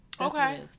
Okay